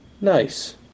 Nice